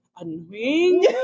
annoying